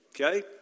Okay